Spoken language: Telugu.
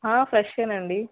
ఆ ఫ్రెష్గానే అండి